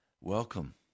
Welcome